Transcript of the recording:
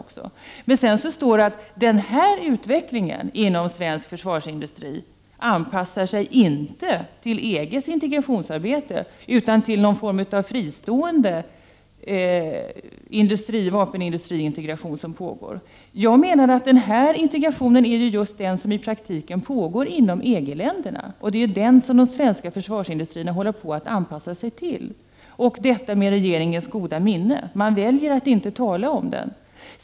Anita Gradin säger också att utvecklingen inom svensk försvarsindustri inte anpassar sig till EG:s integrationsarbete utan till någon form av fristående vapenindustriintegration som pågår. Jag menar att den här integrationen är just den som i praktiken pågår inom EG-länderna. De svenska försvarsindustrierna håller på att anpassa sig till den, med regeringens goda minne. Man väljer att inte tala om den.